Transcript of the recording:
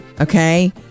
Okay